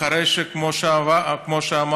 אחרי שכמו שאמרתי,